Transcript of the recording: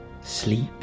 Sleep